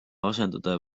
asendada